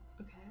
Okay